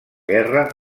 guerra